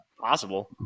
Possible